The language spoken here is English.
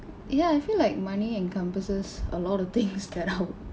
ya I feel like money encompasses a lot of things that